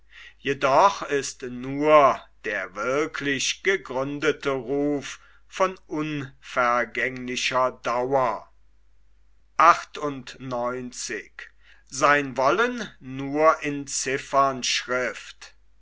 jedoch ist nur der wirklich gegründete ruf von unvergänglicher dauer